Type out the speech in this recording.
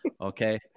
Okay